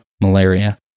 malaria